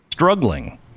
struggling